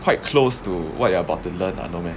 quite close to what you are about to learn lah no meh